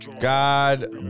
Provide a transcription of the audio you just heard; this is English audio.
God